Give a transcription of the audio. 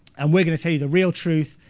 and we're going to tell you the real truth.